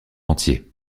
entier